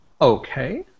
Okay